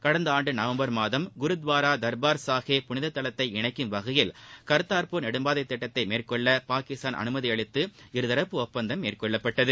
கடந்த ஆண்டு நவம்பர் மாதம் குருத்துவாரா தர்பார் சாஹேப் புனித தலத்தை இணைக்கும் வகையில் கர்த்தார்பூர் நெடும்பாதை திட்டத்தை மேற்கொள்ள பாகிஸ்தான் அனுமதி அளித்து இருதரப்பு ஒப்பந்தம் மேற்கொள்ளப்பட்டது